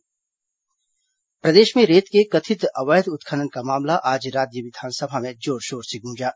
विस रेत उत्खनन प्रदेश में रेत के कथित अवैध उत्खनन का मामला आज राज्य विधानसभा में जोर शोर से गूंजा